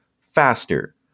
faster